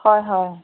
হয় হয়